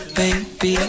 baby